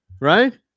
Right